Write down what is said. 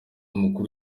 mukuru